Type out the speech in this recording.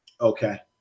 okay